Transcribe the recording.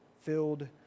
filled